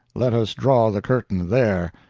let us draw the curtain there.